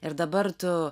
ir dabar tu